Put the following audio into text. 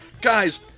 Guys